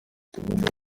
tugomba